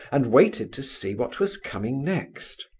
and waited to see what was coming next.